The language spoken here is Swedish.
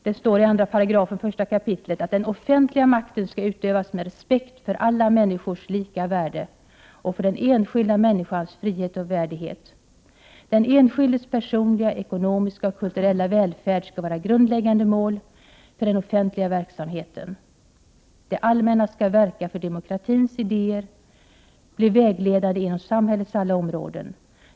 Det står i 1 kap. 2§: ”Den offentliga makten skall utövas med respekt för alla människors lika värde och för den enskilda människans frihet och värdighet. Den enskildes personliga, ekonomiska och kulturella välfärd skall vara grundläggande mål för den offentliga verksamheten. ——— Det allmänna skall verka för att demokratins idéer blir vägledande inom samhällets alla områden.